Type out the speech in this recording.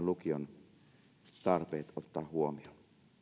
lukion tarpeet ottaa huomioon